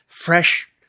fresh